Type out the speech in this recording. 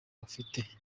bifite